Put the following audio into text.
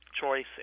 choice